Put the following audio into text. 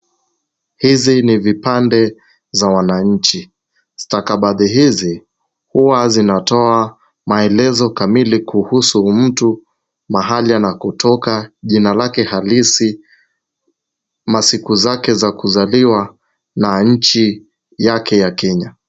Hizi ni vipande za wananchi. Stakabadhi hizi huwa zinatoa maelezo kamili kuhusu mtu, mahali anakotoka, jina lake halisi, masiku zake za kuzaliwa na nchi yake ya Kenya.